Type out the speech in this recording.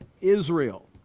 Israel